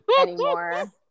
anymore